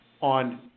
on